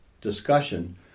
discussion